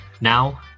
Now